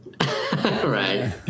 Right